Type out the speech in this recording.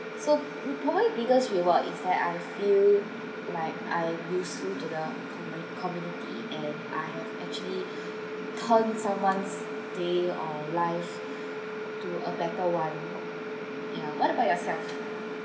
so probably biggest reward is that I feel like I'm useful to the community and I have actually turn someone's day or life to a better one ya what about yourself